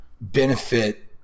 benefit